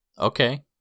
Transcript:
Okay